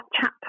chat